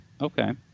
Okay